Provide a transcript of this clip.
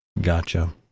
Gotcha